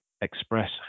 express